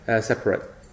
separate